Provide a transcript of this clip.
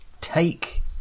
take